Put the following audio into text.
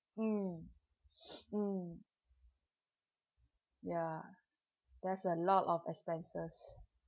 mm mm ya there's a lot of expenses